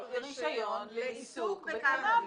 רישיון בהתאם לפקודה זו לעיסוק בקנאבוס.